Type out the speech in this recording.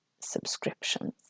subscriptions